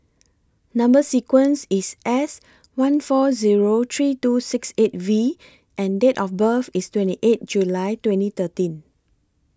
Number sequence IS S one four Zero three two six eight V and Date of birth IS twenty eight July twenty thirteen